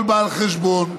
כל בעל חשבון,